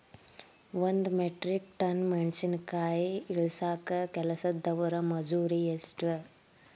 ಒಂದ್ metric tonne ಮೆಣಸಿನಕಾಯಿ ಇಳಸಾಕ್ ಕೆಲಸ್ದವರ ಮಜೂರಿ ಎಷ್ಟ?